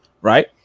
right